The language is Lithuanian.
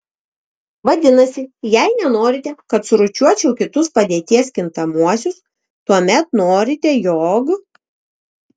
vadinasi jei nenorite kad surūšiuočiau kitus padėties kintamuosius tuomet norite jog